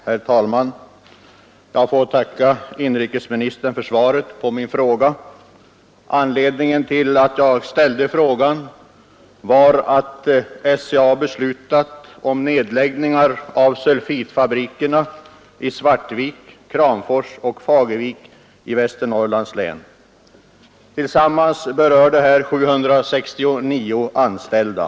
Herr talman! Jag får tacka inrikesministern för svaret på min enkla fråga. Anledningen till att jag ställde frågan var att SCA har beslutat om nedläggning av sulfitfabrikerna i Svartvik, Kramfors och Fagervik i Västernorrlands län. Tillsammans berörs 769 anställda.